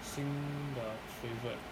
新的 favourite